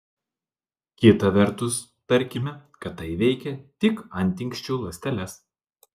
kita vertus tarkime kad tai veikia tik antinksčių ląsteles